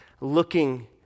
looking